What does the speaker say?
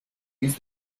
used